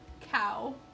cow